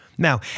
Now